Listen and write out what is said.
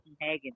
Hagen